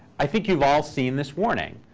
i think you've all seen this warning.